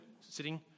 sitting